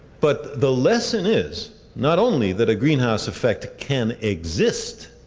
but the lesson is not only that a greenhouse effect can exist